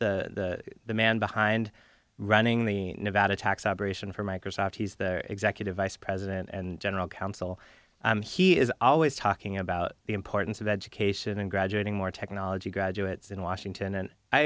the man behind running the nevada tax operation for microsoft he's their executive vice president and general counsel he is always talking about the importance of education and graduating more technology graduates in washington and i